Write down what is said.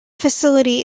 facility